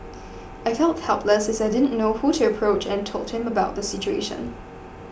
I felt helpless as I didn't know who to approach and told him about the situation